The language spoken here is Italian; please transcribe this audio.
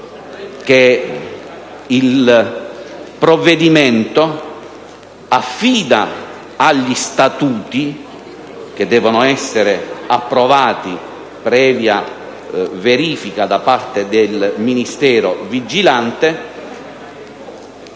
che il provvedimento affida agli statuti, approvati previa verifica da parte del Ministero vigilante,